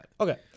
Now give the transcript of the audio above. Okay